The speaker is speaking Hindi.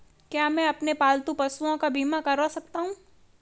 क्या मैं अपने पालतू पशुओं का बीमा करवा सकता हूं?